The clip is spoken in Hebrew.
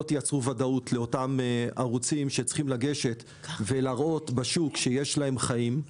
לא תייצרו ודאות לאותם ערוצים שצריכים לגשת ולהראות בשוק שיש להם חיים.